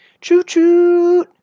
Choo-choo